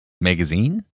magazine